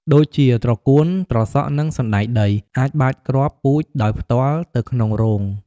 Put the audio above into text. ដូចជា ត្រកួន ត្រសក់ និង សណ្ដែកដី អាចបាចគ្រាប់ពូជដោយផ្ទាល់ទៅក្នុងរង។